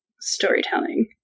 storytelling